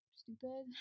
stupid